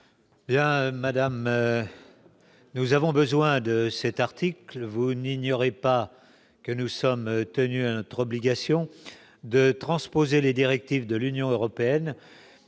sénatrice, nous avons besoin de cet article. Vous n'ignorez pas que nous sommes tenus à une obligation de transposer les directives de l'Union européenne